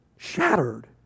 Shattered